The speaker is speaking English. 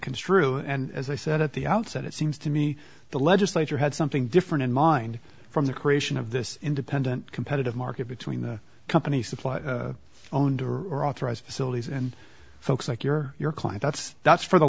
construe and as i said at the outset it seems to me the legislature had something different in mind from the creation of this independent competitive market between the companies supply owned or authorized facilities and folks like you're your client that's that's for the